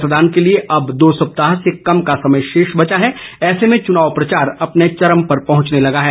मतदान के लिए अब दो सप्ताह से कम समय शेष बचा है ऐसे में चुनाव प्रचार अपने चरम पर पहुंचने लगा है